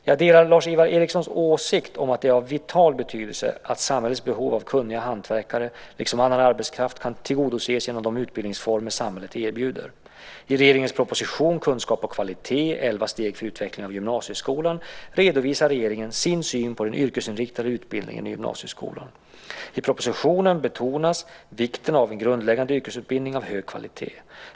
Jag delar Lars-Ivar Ericsons åsikt om att det är av vital betydelse att samhällets behov av kunniga hantverkare liksom annan arbetskraft kan tillgodoses genom de utbildningsformer samhället erbjuder. I regeringens proposition 2003/04:140 Kunskap och kvalitet - Elva steg för utveckling av gymnasieskolan redovisar regeringen sin syn på den yrkesinriktade utbildningen i gymnasieskolan. I propositionen betonas vikten av en grundläggande yrkesutbildning av hög kvalitet.